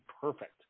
perfect